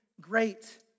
great